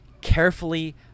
carefully